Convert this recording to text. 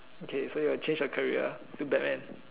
okay so your change of career too bad man